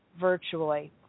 virtually